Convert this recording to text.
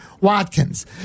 Watkins